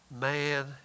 Man